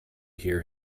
hear